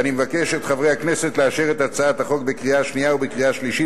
ואני מבקש מחברי הכנסת לאשרה בקריאה שנייה